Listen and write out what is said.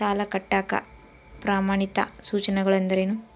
ಸಾಲ ಕಟ್ಟಾಕ ಪ್ರಮಾಣಿತ ಸೂಚನೆಗಳು ಅಂದರೇನು?